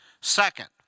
Second